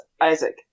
Isaac